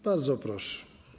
Bardzo proszę.